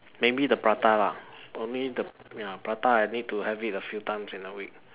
maybe the prata lah only the ya prata I need to have it a few times in a week